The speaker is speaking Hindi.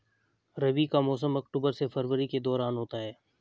रबी का मौसम अक्टूबर से फरवरी के दौरान होता है